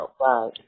Right